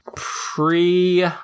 Pre